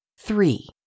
three